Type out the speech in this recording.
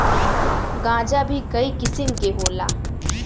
गांजा भीं कई किसिम के होला